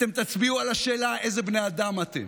אתם תצביעו על השאלה איזה בני אדם אתם,